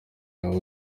yaba